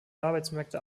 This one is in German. arbeitsmärkte